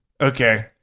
Okay